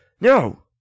No